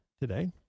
today